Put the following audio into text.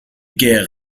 guerres